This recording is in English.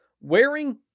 wearing